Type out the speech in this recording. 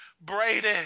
brady